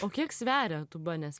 o kiek sveria tūba nes